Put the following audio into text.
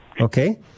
okay